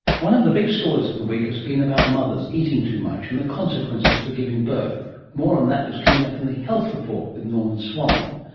one of the big stories of the week has been about mothers eating too much and the consequences for giving birth. more on that coming up in the health report with norman swan.